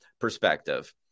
perspective